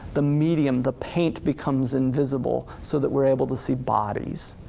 the medium, the paint becomes invisible so that we're able to see bodies,